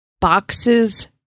boxes